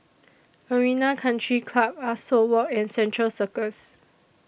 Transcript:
Arena Country Club Ah Soo Walk and Central Circus